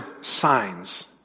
signs